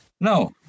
No